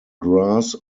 gras